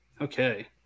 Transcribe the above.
Okay